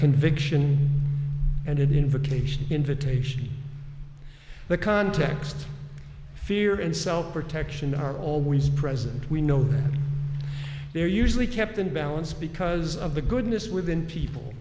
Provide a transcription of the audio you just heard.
conviction and an invocation invitation the context fear and self protection are always present we know they're usually kept in balance because of the goodness within people